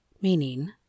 meaning